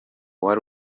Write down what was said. wari